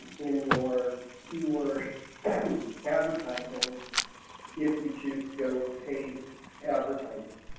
in your keyword advertising if you choose to go with paid advertising.